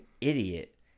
idiot